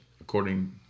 according